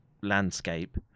landscape